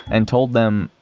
and told them,